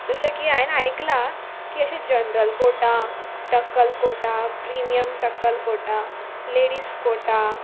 जशें की हांवें आयकलां की अशें जनरल कोर्टा टक्कल कोर्टा प्रिमियम टक्कल कोटा लेडीज कोटा